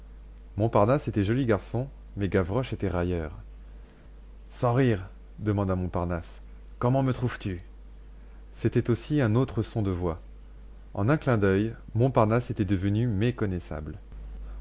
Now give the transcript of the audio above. montparnasse était joli garçon mais gavroche était railleur sans rire demanda montparnasse comment me trouves-tu c'était aussi un autre son de voix en un clin d'oeil montparnasse était devenu méconnaissable